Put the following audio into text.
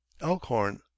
elkhorn